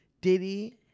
diddy